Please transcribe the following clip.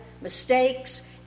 mistakes